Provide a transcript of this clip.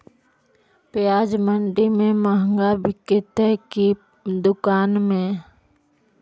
प्याज मंडि में मँहगा बिकते कि दुकान में?